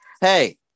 hey